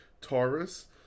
Taurus